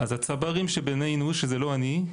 אז הצברים שבינינו, זה לא אני,